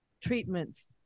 treatments